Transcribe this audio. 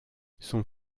son